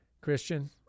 christian